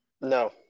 No